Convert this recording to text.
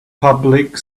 public